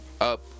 up